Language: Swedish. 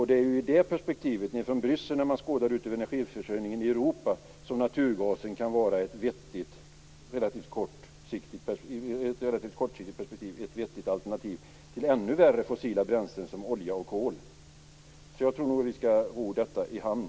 Det är ur den synvinkeln, om man från Bryssel skådar ut över energiförsörjningen i Europa, som naturgasen i ett relativt kortsiktigt perspektiv kan vara ett vettigt alternativ till ännu värre fossila bränslen som olja och kol. Så jag tror nog att vi skall ro detta i hamn.